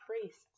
priests